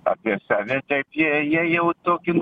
apie save taip jie jie jau tokį